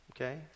okay